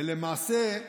ולמעשה,